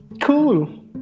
cool